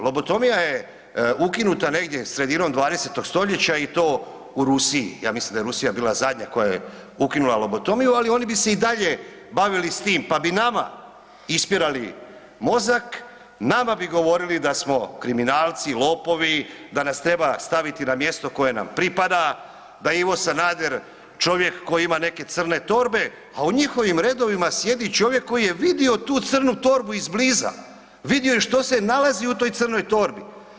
Lobotomija je ukinuta negdje sredinom 20. stoljeća i to u Rusiji, ja mislim da je Rusija bila zadnja koja je ukinula lobotomiju, ali oni bi se i dalje bavili s tim pa bi nama ispirali mozak, nama bi govorili da smo kriminalci, lopovi, da nas treba staviti na mjesto koje nam pripada, da Ivo Sanader čovjek koji ima neke crne torbe, a u njih redovima sjedi čovjek koji je vidio tu crnu torbu izbliza, vidio je što se nalazi u toj crnoj torbi.